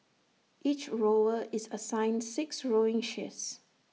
each rower is assigned six rowing shifts